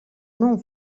non